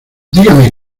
dígame